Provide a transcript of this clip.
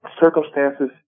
circumstances